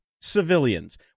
civilians